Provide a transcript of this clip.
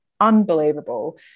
unbelievable